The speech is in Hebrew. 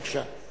בבקשה.